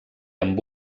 amb